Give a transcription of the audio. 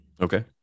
Okay